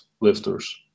lifters